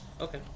Okay